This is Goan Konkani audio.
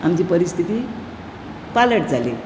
आमची परिस्थिति पालट जाली